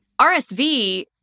RSV